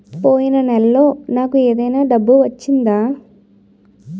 పోయిన నెలలో నాకు ఏదైనా డబ్బు వచ్చిందా?